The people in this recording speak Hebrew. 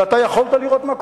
ואתה יכולת לראות מה קורה.